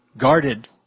guarded